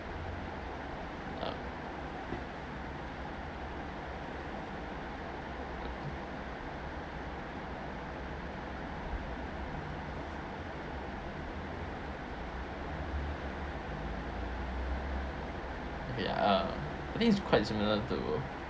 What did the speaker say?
uh okay uh I think it's quite similar to